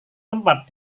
tempat